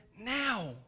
now